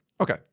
Okay